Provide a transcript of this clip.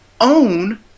own